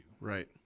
Right